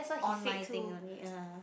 online thing only ah